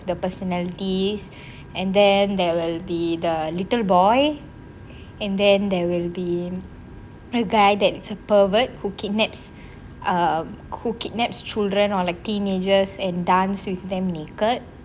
the personalities and then there will be the little boy and then there will be a guy that is a pervert who kidnaps um who kidnaps children are like teenagers and dance with them naked